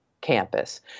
campus